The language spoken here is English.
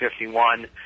51